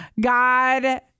God